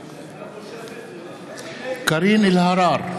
נגד קארין אלהרר,